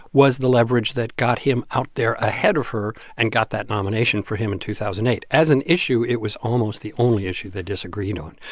was the leverage that got him out there ahead of her and got that nomination for him in two thousand and eight. as an issue, it was almost the only issue they disagreed on.